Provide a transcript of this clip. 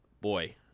boy